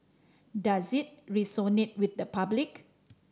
does it resonate with the public